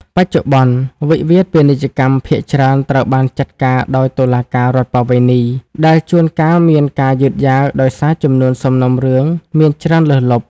បច្ចុប្បន្ន វិវាទពាណិជ្ជកម្មភាគច្រើនត្រូវបានចាត់ការដោយតុលាការរដ្ឋប្បវេណី ដែលជួនកាលមានការយឺតយ៉ាវដោយសារចំនួនសំណុំរឿងមានច្រើនលើសលប់។